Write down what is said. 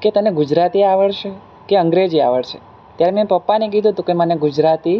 કે તને ગુજરાતી આવડશે કે અંગ્રેજી આવડશે ત્યારે મેં પપ્પાને કીધું હતું કે મને ગુજરાતી